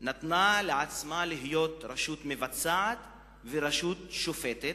נתנה לעצמה להיות רשות מבצעת ורשות שופטת,